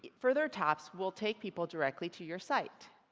further taps will take people directly to your site.